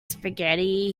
spaghetti